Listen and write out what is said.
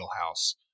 wheelhouse